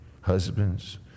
Husbands